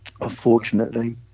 unfortunately